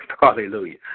hallelujah